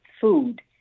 food